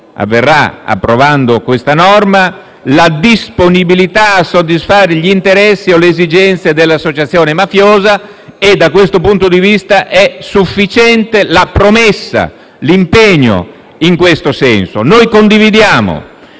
avverrà approvando questa norma - la disponibilità a soddisfare gli interessi o le esigenze dell'associazione mafiosa. Da questo punto di vista è sufficiente la promessa, l'impegno in tal senso. Noi lo condividiamo